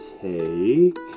take